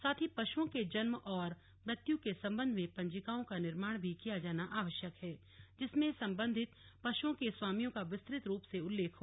साथ ही पशुओं के जन्म और मृत्यु के संबध में पंजीकाओं का निर्माण भी किया जाना आवश्यक है जिसमें संबंधित पशुओं के स्वामियों का विस्तृत रूप से उल्लेख हो